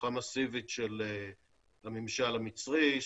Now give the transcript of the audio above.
תמיכה מסיבית של הממשל המצרי,